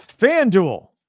FanDuel